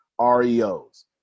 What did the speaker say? REOs